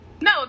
No